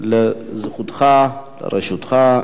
יתקיים בה דיון בוועדת העבודה והרווחה.